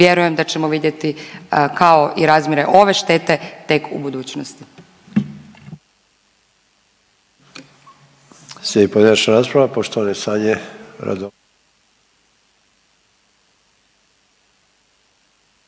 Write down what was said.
vjerujem da ćemo vidjeti kao i razmjere ove štete tek u budućnosti.